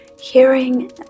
Hearing